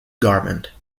garment